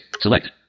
select